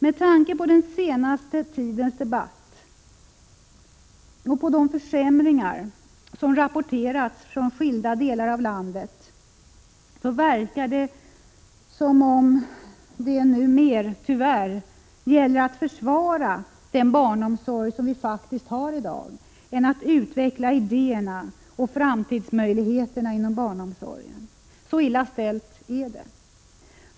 Med tanke på den senaste tidens debatt och på de försämringar som rapporterats från skilda delar av landet verkar det som om det numera gäller att försvara den barnomsorg som vi faktiskt har i dag än att utveckla idéerna och framtidsmöjligheterna inom barnomsorgen -— så illa ställt är det tyvärr.